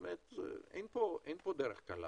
אין פה דרך קלה